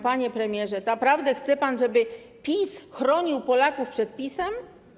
Panie premierze, naprawdę chce pan, żeby PiS chronił Polaków przed PiS-em?